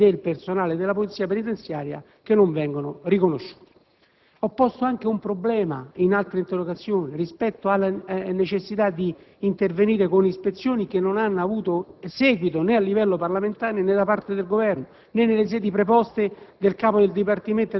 i diritti soggettivi del personale della polizia penitenziaria che non vengono riconosciuti. In altre interrogazioni ho posto anche la necessità di intervenire con ispezioni, che non hanno avuto seguito né a livello parlamentare, né da parte del Governo, né nelle sedi preposte